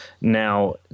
Now